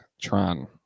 Tron